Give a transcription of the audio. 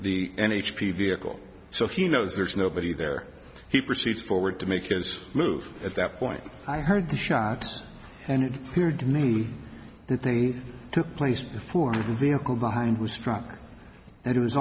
the end h p vehicle so he knows there's nobody there he proceeds forward to make his move at that point i heard the shots and it appeared to me that they took place before the vehicle behind was struck and it was